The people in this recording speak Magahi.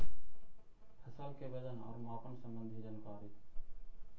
फसल के वजन और मापन संबंधी जनकारी?